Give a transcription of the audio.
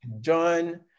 John